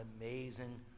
amazing